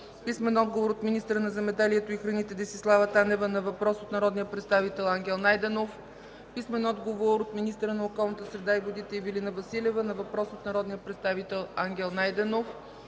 Караджов; - министъра на земеделието и храните Десислава Танева на въпрос от народния представител Ангел Найденов; - министъра на околната среда и водите Ивелина Василева на въпрос от народния представител Ангел Найденов;